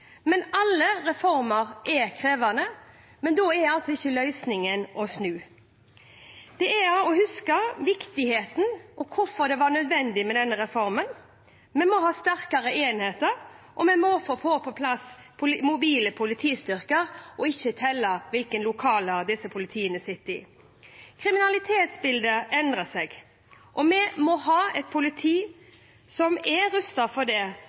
men da er ikke løsningen å snu – det er å huske viktigheten og hvorfor det var nødvendig med denne reformen: Vi må ha sterkere enheter, og vi må få på plass mobile politistyrker og ikke telle lokalene disse politifolkene sitter i. Kriminalitetsbildet endrer seg, og vi må ha et politi som er rustet for det,